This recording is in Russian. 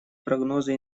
прогнозы